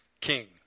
king